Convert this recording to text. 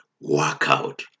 workout